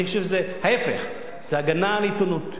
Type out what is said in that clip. אני חושב שזה ההיפך, זה הגנה על העיתונות.